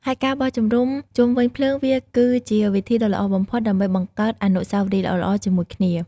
ហើយការបោះជំរំជុំវិញភ្លើងវាគឺជាវិធីដ៏ល្អបំផុតដើម្បីបង្កើតអនុស្សាវរីយ៍ល្អៗជាមួយគ្នា។